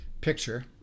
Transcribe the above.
picture